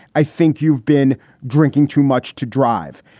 i think you've been drinking too much to drive.